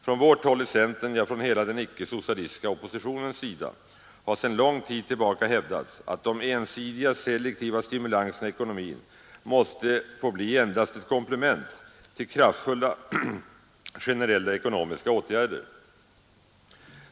Från vårt håll i centern, ja, från hela den icke-socialistiska oppositionens sida, har sedan lång tid tillbaka hävdats att de ensidiga selektiva stimulanserna i ekonomin måste få bli ett komplement till kraftfulla generella ekonomiska åtgärder.